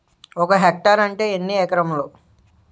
ఒక హెక్టార్ అంటే ఎన్ని ఏకరములు?